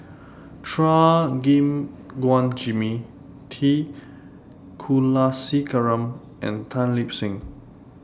Chua Gim Guan Jimmy T Kulasekaram and Tan Lip Seng